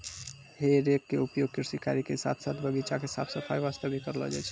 हे रेक के उपयोग कृषि कार्य के साथॅ साथॅ बगीचा के साफ सफाई वास्तॅ भी करलो जाय छै